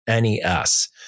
NES